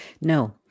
No